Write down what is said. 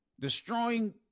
destroying